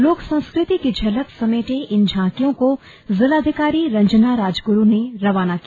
लोक संस्कृति की झलक समेटे इन झांकियों को जिलाधिकारी रंजना राजग्रु ने रवाना किया